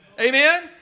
amen